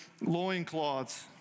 loincloths